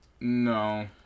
no